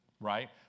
Right